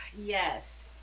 Yes